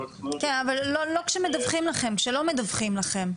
כן אבל לא כשלא מדווחים לכם.